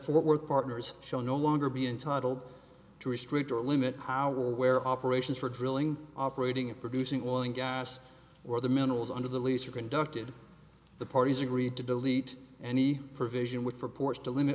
fort worth partners shall no longer be entitled to restrict or limit power where operations for drilling operating in producing oil and gas or the minerals under the lease are conducted the parties agreed to delete any provision which purports to limit